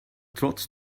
trotz